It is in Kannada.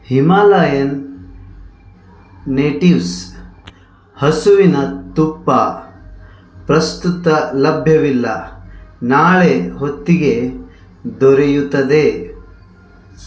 ಹಿಮಲಾಯನ್ ನೇಟಿವ್ಸ್ ಹಸುವಿನ ತುಪ್ಪ ಪ್ರಸ್ತುತ ಲಭ್ಯವಿಲ್ಲ ನಾಳೆ ಹೊತ್ತಿಗೆ ದೊರೆಯುತದೆ